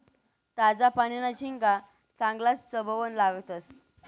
ताजा पानीना झिंगा चांगलाज चवबन लागतंस